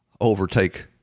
overtake